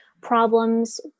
problems